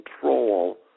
control